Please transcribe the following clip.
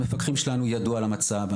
המפקחים שלנו ידעו על המצב,